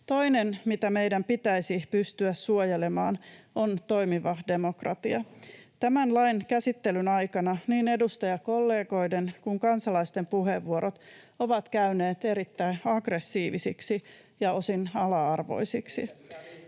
Toinen, mitä meidän pitäisi pystyä suojelemaan, on toimiva demokratia. Tämän lain käsittelyn aikana niin edustajakollegoiden kuin kansalaisten puheenvuorot ovat käyneet erittäin aggressiivisiksi ja osin ala-arvoisiksi.